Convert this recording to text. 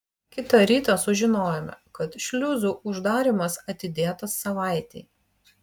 kitą rytą sužinojome kad šliuzų uždarymas atidėtas savaitei